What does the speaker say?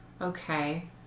Okay